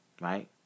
right